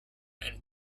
and